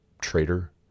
traitor